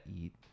eat